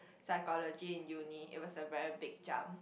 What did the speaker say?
psychology in uni it was a very big jump